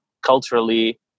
culturally